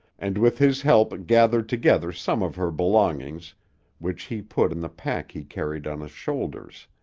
and with his help gathered together some of her belongings which he put in the pack he carried on his shoulders.